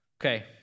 Okay